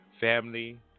family